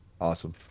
awesome